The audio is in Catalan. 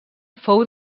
fou